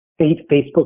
Facebook